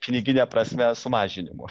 knygine prasme sumažinimu